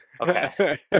okay